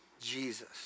Jesus